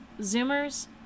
Zoomers